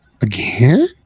Again